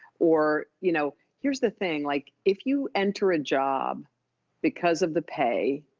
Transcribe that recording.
or you know, here's the thing, like if you enter a job because of the pay,